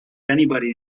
anybody